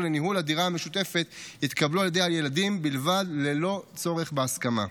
לניהול הדירה המשותפת יתקבלו על ידי הילדים בלבד ללא צורך בהסכמה.